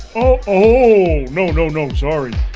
oh no, no, no sorry.